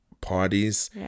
parties